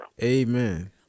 Amen